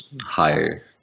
higher